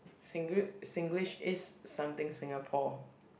Singl~ Singlish is something Singapore